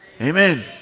Amen